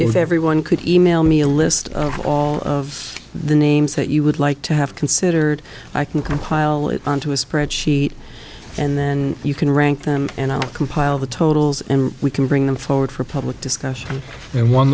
if everyone could email me a list of all of the names that you would like to have considered i can compile it onto a spreadsheet and then you can rank them and i'll compile the totals and we can bring them forward for public discussion and one